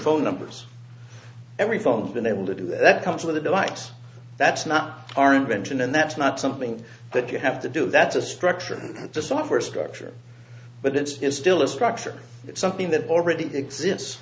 phone numbers every phone been able to do that comes with a device that's not our invention and that's not something that you have to do that's a structure of the software structure but it's still a structure it's something that already exist